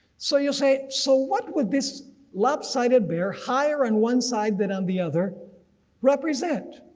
so you'll say, so what would this lopsided bear higher on one side than on the other represent?